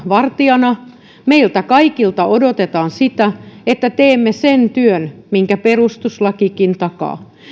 vartijana meiltä kaikilta odotetaan että teemme sen työn minkä perustuslakikin takaa